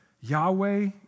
Yahweh